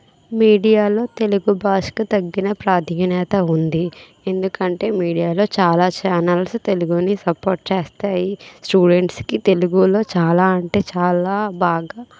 media లో తెలుగు భాషకు తగ్గిన ప్రాధాన్యత ఉంది ఎందుకంటే మీడియా లో చాలా ఛానల్స్ తెలుగుని సపోర్ట్ చేస్తాయి స్టూడెంట్స్కి తెలుగులో చాలా అంటే చాలా బాగా